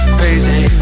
crazy